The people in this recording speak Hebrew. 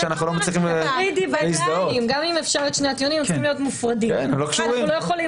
אם הדיון הוא האם כן מוחקים ומאפסים את המאגר